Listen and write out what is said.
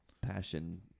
passion